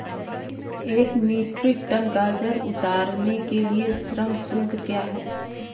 एक metric ton गाजर उतारने के लिए श्रम शुल्क क्या है?